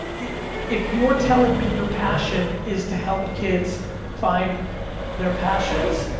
if you're telling me your passion is to help kids find their passions,